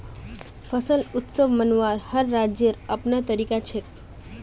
फसल उत्सव मनव्वार हर राज्येर अपनार तरीका छेक